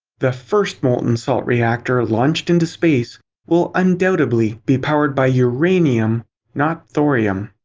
the first molten salt reactor launched into space will undoubtedly be powered by uranium not thorium.